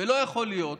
ולא יכול להיות